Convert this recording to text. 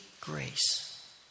grace